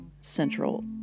central